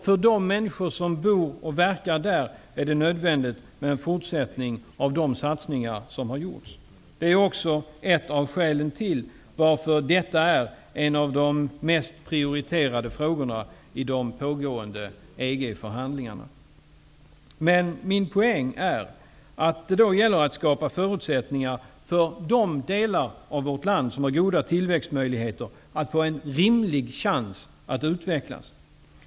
För de människor som bor och verkar där är det nödvändigt med en fortsättning av de satsningar som har gjorts. Det är också ett av skälen till att detta är en av de mest prioriterade frågorna i de pågående EG-förhandlingarna. Min poäng är att det gäller att skapa förutsättningar för de delar av vårt land som har goda tillväxtmöjligheter, så att de får en rimlig chans att utvecklas.